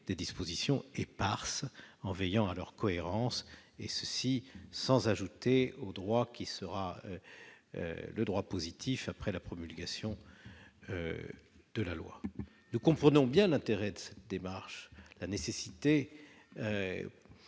des dispositions éparses, en veillant à leur cohérence, et cela sans ajouter à ce qui sera le droit positif après la promulgation de la loi. Nous comprenons bien l'intérêt de cette démarche et la nécessité